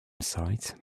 sight